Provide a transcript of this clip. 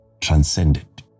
transcended